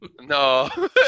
No